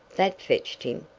that fetched him!